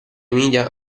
media